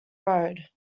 road